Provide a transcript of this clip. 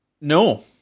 no